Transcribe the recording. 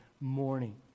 morning